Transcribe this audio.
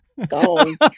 Gone